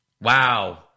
Wow